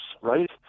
right